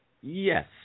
Yes